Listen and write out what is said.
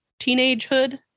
teenagehood